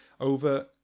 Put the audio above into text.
over